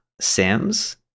Sims